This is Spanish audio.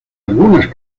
algunas